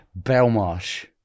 Belmarsh